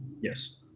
Yes